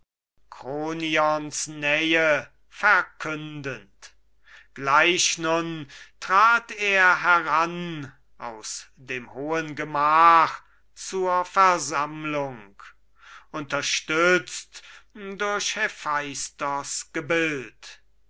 kronions nähe verkündend gleich nun trat er heran aus dem hohen gemach zur versammlung unterstützt durch hephaistos gebild